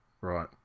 right